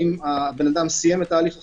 האם האדם סיים את ההליך החלופי.